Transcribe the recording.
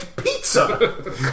Pizza